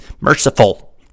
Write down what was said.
merciful